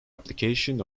application